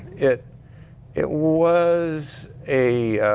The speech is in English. it it was a